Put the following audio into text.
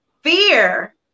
Fear